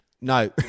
No